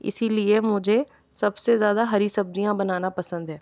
इसीलिए मुझे सबसे ज़्यादा हरी सब्ज़ियाँ बनाना पसंद है